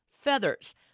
feathers